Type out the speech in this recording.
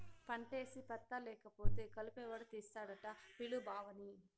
పంటేసి పత్తా లేకపోతే కలుపెవడు తీస్తాడట పిలు బావని